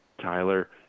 Tyler